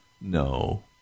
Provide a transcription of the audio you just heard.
No